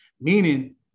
meaning –